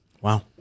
Wow